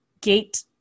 gate